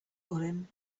urim